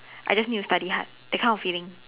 I just need to study hard that kind of feeling